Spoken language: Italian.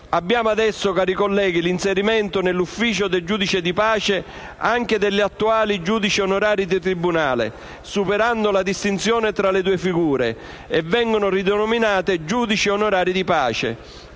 prevede adesso l'inserimento nell'ufficio del giudice di pace anche degli attuali giudici onorari di tribunale, superando la distinzione tra le due figure, che vengono ridenominate giudici onorari di pace.